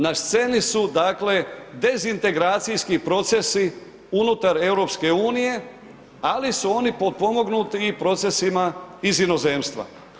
Na sceni su dakle dezintegracijski procesi unutar EU, ali su oni potpomognuti i procesima iz inozemstva.